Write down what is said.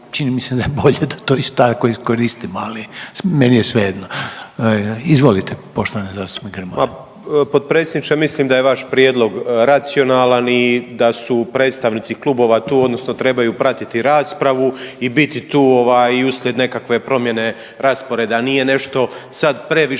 čini mi se da je bolje da to tako iskoristimo, ali meni je svejedno. Izvolite, poštovani zastupnik Grmoja. **Grmoja, Nikola (MOST)** Potpredsjedniče mislim da je vaš prijedlog racionalan i da su predstavnici klubova tu odnosno trebaju pratiti raspravu i biti tu ovaj i uslijed nekakve promjene rasporeda, nije nešto sada previše